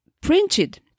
printed